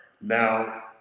Now